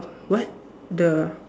what the